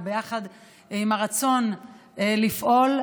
יחד עם הרצון לפעול.